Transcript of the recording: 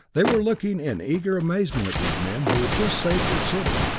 they were looking in eager amazement at these men who had just saved their city,